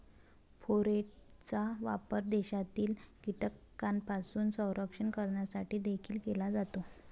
फोरेटचा वापर शेतातील कीटकांपासून संरक्षण करण्यासाठी देखील केला जातो